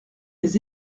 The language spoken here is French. les